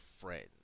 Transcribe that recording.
friends